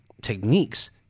techniques